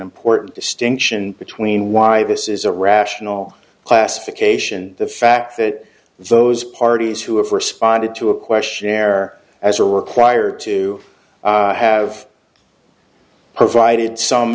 important distinction between why this is a rational classification the fact that those parties who have responded to a questionnaire as are required to have provided some